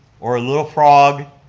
or a little frog.